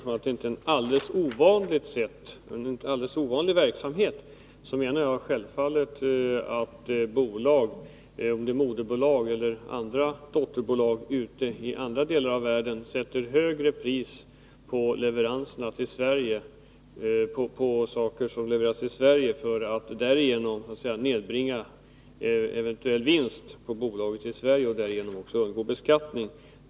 När jag säger att detta inte är en alldeles ovanlig verksamhet menar jag självfallet att bolag — det kan gälla moderbolag eller dotterbolag — i andra delar av världen sätter högre priser på sina leveranser till Sverige för att därigenom nedbringa eventuell vinst hos bolaget i Sverige och undgå beskattning.